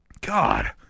God